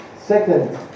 second